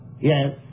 Yes